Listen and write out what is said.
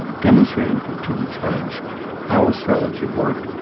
demonstrated to the judge how astrology worked.